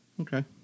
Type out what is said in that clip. Okay